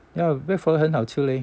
ya black forest 很好吃 leh